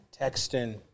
texting